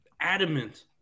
adamant